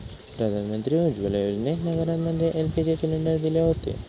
प्रधानमंत्री उज्ज्वला योजनेतना घरांमध्ये एल.पी.जी सिलेंडर दिले हुते